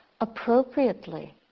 appropriately